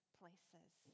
places